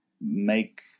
make